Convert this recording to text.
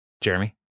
Jeremy